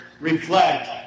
reflect